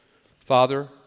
Father